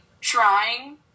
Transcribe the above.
trying